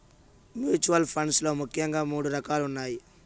mutual funds లో ముఖ్యంగా మూడు రకాలున్నయ్